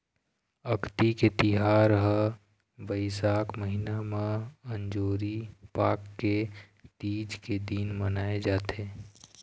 अक्ती के तिहार ह बइसाख महिना म अंजोरी पाख के तीज के दिन मनाए जाथे